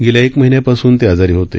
गेल्या एक महिन्यापासून ते आजारी होते